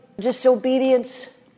disobedience